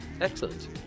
excellent